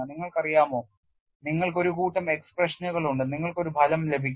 നിങ്ങൾക്കറിയാമോ നിങ്ങൾക്ക് ഒരു കൂട്ടം എക്സ്പ്രഷനുകളുണ്ട് നിങ്ങൾക്ക് ഒരു ഫലം ലഭിക്കും